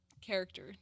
character